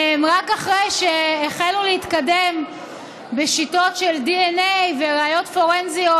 רק אחרי שהחלו להתקדם בשיטות של דנ"א וראיות פורנזיות